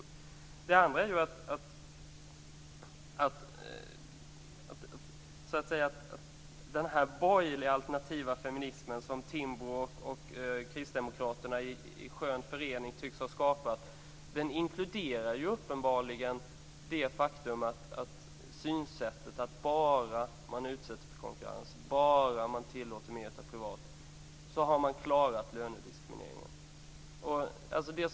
För det andra vill jag säga att den borgerliga alternativa feminism som Timbro och kristdemokraterna tycks ha skapat i skön förening uppenbarligen inkluderar synsättet att man klarar lönediskrimineringen bara man utsätter verksamhet för konkurrens och tillåter mer privat verksamhet.